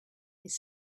his